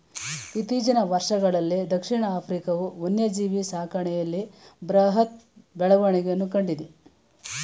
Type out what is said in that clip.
ಇತ್ತೀಚಿನ ವರ್ಷಗಳಲ್ಲೀ ದಕ್ಷಿಣ ಆಫ್ರಿಕಾವು ವನ್ಯಜೀವಿ ಸಾಕಣೆಯಲ್ಲಿ ಬೃಹತ್ ಬೆಳವಣಿಗೆಯನ್ನು ಕಂಡಿದೆ